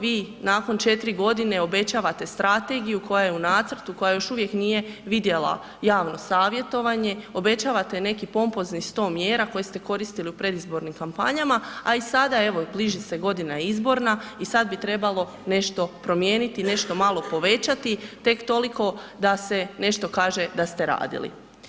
Vi nakon 4 g. obećavate strategiju koja je u nacrtu, koja još uvijek nije vidjela javno savjetovanje, obećavate nekih pompoznih 100 mjera koje ste koristili u predizbornim kampanjama a i sada evo, bliži se godina izborna i sad bi trebalo nešto promijenit, nešto malo povećati, tek toliko da se nešto kaže da ste radili.